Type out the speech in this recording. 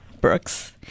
Brooks